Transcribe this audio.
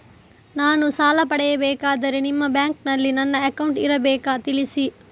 ನಾನು ಸಾಲ ಪಡೆಯಬೇಕಾದರೆ ನಿಮ್ಮ ಬ್ಯಾಂಕಿನಲ್ಲಿ ನನ್ನ ಅಕೌಂಟ್ ಇರಬೇಕಾ ತಿಳಿಸಿ?